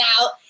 out